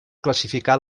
classificar